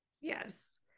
Yes